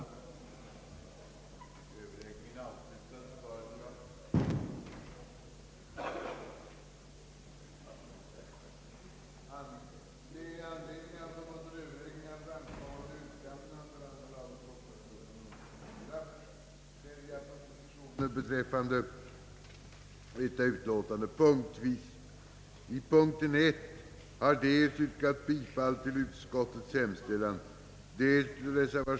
förslag — i avvaktan på slutliga förslag från utredningen om barnavårdslagen — om en provisorisk reform beträffande offentligt biträde i barnavårdsärende, innebärande att möjligheter skapades att förordna biträde som arvoderades med offentliga medel,